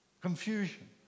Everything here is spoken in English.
confusion